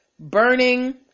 Burning